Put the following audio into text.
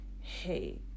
hey